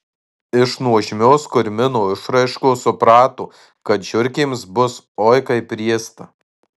iš nuožmios kurmino išraiškos suprato kad žiurkėms bus oi kaip riesta